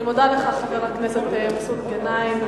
אני מודה לך, חבר הכנסת מסעוד גנאים.